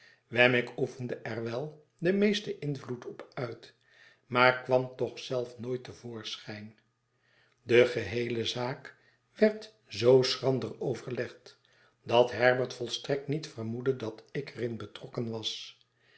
wemmick oefende er wel den meesten invloed op uit maar kwam toch zelf nooit te voorschijn de geheele zaak werd zoo schrander overlegd dat herbert volstrekt niet vermoedde dat ik er in betrokken was